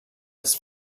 its